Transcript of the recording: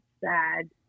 sad